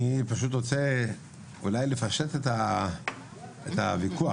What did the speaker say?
אני רוצה אולי לפשט את הוויכוח,